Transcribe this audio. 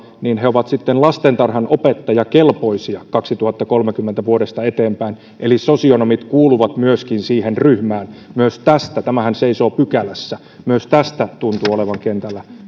niin he ovat sitten lastentarhanopettajakelpoisia vuodesta kaksituhattakolmekymmentä eteenpäin sosionomit kuuluvat myöskin siihen ryhmään tämähän seisoo pykälässä myös tästä tuntuu olevan kentällä